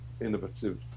innovative